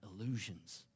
illusions